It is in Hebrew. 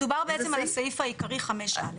מדובר בעצם על הסעיף העיקרי 5א